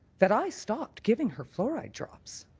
that i stopped giving her fluoride drops.